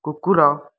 କୁକୁର